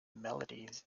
melodies